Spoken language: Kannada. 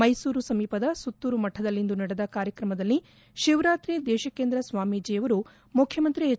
ಮೈಸೂರು ಸಮೀಪದ ಸುತ್ತೂರು ಮಠದಲ್ಲಿಂದು ನಡೆದ ಕಾರ್ಯಕ್ರಮದಲ್ಲಿ ಶಿವರಾತ್ರಿ ದೇಶೀಕೇಂದ್ರ ಸ್ವಾಮೀಜಿಯವರು ಮುಖ್ಯಮಂತ್ರಿ ಎಚ್